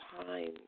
Time